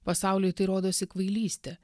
pasauliui tai rodosi kvailystė